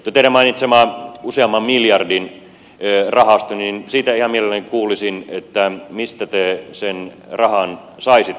teidän mainitsemastanne useamman miljardin rahastosta ihan mielelläni kuulisin mistä te sen rahan saisitte